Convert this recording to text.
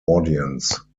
audience